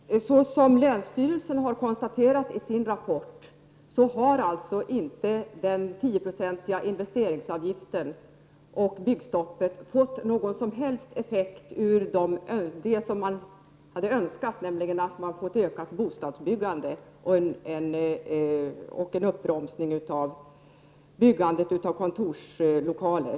Herr talman! Såsom länsstyrelsen har konstaterat i sin rapport, har inte den 10-procentiga investeringsavgiften och byggstoppet fått några som helst effekter som var önskade, nämligen ett ökat bostadsbyggande och en uppbromsning av byggandet av kontorslokaler.